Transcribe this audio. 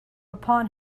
upon